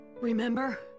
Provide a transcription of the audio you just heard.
Remember